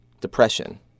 Depression